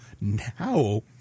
now